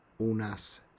unas